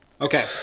Okay